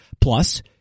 plus